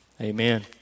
amen